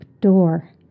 door